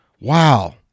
Wow